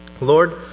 Lord